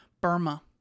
Burma